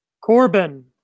Corbin